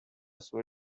sua